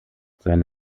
seine